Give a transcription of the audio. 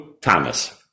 Thomas